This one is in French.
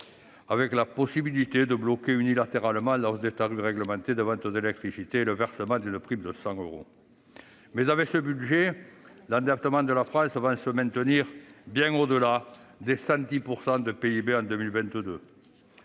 la possibilité de bloquer unilatéralement la hausse des tarifs réglementés de vente d'électricité et le versement d'une prime de 100 euros. Avec ce budget, l'endettement de la France va se maintenir bien au-delà des 110 % du PIB en 2022.